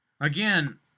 Again